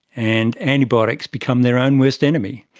and antibiotics become their own worst enemy.